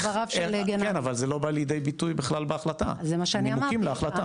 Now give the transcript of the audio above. אבל זה לא בא לידי ביטוי בהחלטה, נימוקים להחלטה.